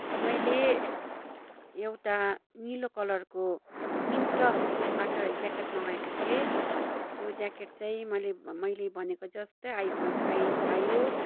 मैले एउटा निलो कलरको मिन्त्राबाट ज्याकेट मगाएको थिएँ त्यो ज्याकेट चाहिँ मैले मैले भनेको जस्तै आइपुग आइ आयो